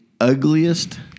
ugliest